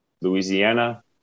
Louisiana